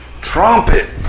Trumpet